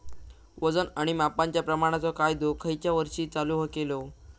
वजन आणि मापांच्या प्रमाणाचो कायदो खयच्या वर्षी चालू केलो?